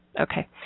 Okay